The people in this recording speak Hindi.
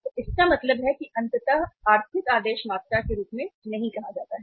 तो इसका मतलब है कि अंततः आर्थिक आदेश मात्रा के रूप में नहीं कहा जाता है